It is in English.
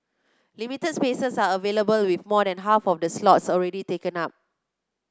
limited spaces are available with more than half of the slots already taken up